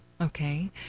okay